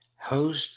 host